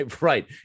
Right